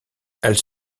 elle